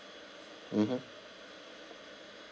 mmhmm